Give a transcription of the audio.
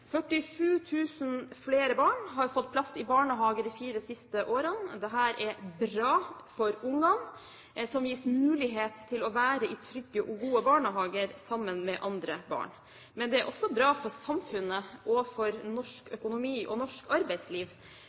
flere barn har fått plass i barnehage de fire siste årene. Dette er bra for barna, som gis mulighet til å være i trygge og gode barnehager sammen med andre barn. Men det er også bra for samfunnet, for norsk økonomi og for norsk arbeidsliv.